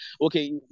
okay